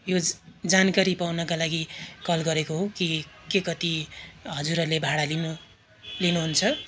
योज जानकारी पाउनका लागि कल गरेको हो के के कति हजुरहरूले भाडा लिनु लिनुहुन्छ